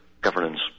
governance